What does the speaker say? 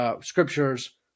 scriptures